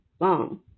long